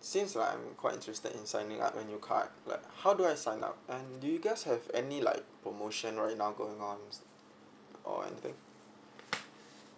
since like I'm quite interested in signing up a new card like how do I sign up and do you guys have any like promotion right now going on s~ or anything